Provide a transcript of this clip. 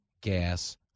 gas